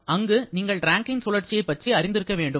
அங்கு நீங்கள் ரேங்கைன் சுழற்சியைப் பற்றி அறிந்திருக்க வேண்டும்